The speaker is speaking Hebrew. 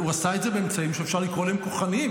והוא עשה את זה באמצעים שאפשר לקרוא להם כוחניים.